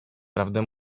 prawdę